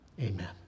Amen